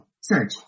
Search